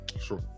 sure